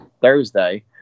Thursday